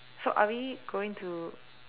so are we going to